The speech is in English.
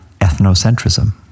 ethnocentrism